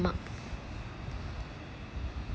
ஆமா:aamaa